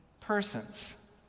persons